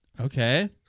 okay